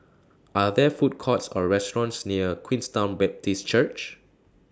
Are There Food Courts Or restaurants near Queenstown Baptist Church